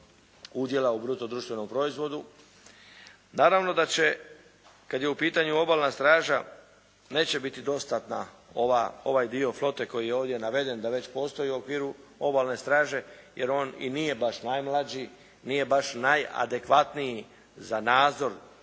udjela u bruto društvenom proizvodu. Naravno da će kad je u pitanju obalna straža neće biti dostatna ova, ovaj dio flote koji je ovdje naveden da već postoji u okviru obalne straže jer on i nije baš najmlađi, nije baš najadekvatniji za nadzor te dosta